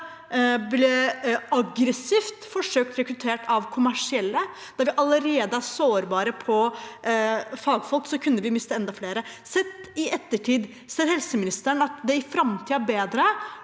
ble aggressivt forsøkt rekruttert av kommersielle. Der vi allerede er sårbare på fagfolk, kunne vi mistet enda flere. Sett i ettertid, ser helseministeren at det i framtiden er bedre